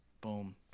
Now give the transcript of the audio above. boom